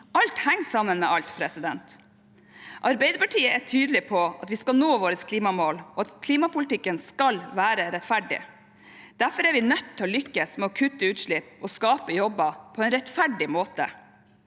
Alt henger sammen med alt. Arbeiderpartiet er tydelig på at vi skal nå våre klimamål, og at klimapolitikken skal være rettferdig. Derfor er vi nødt til å lykkes med å kutte utslipp og skape jobber på en rettferdig måte.